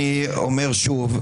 אני אומר שוב,